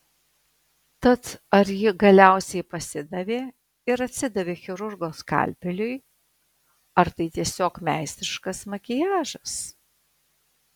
tad ar ji galiausiai pasidavė ir atsidavė chirurgo skalpeliui ar tai tiesiog meistriškas makiažas